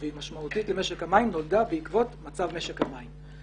והיא משמעותית למשק המים נולדה בעקבות מצב משק המים.